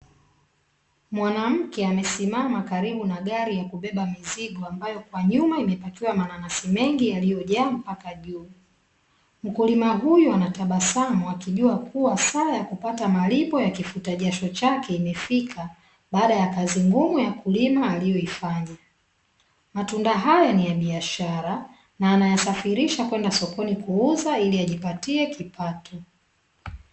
Mwanamke amesimama karibu na gari ya kubeba mzigo, ambayo kwa nyuma imepakia mananasi mengi yaliyojaa mpaka juu, mkulima huyu anatabasamu akijua kuwasaa ya kupata malipo yakifuta jasho chake imefika baada ya kazi ngumu ya kulima aliyoifanya. Matunda haya ni ya biashara na anayasafirisha kwenda sokoni kuuza ili ajipatie kipato.